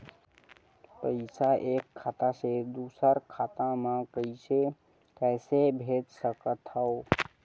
पईसा एक खाता से दुसर खाता मा कइसे कैसे भेज सकथव?